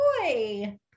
Boy